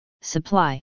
supply